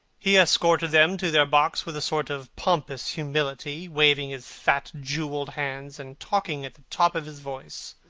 he escorted them to their box with a sort of pompous humility, waving his fat jewelled hands and talking at the top of his voice.